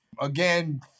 again